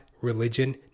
religion